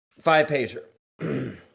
Five-pager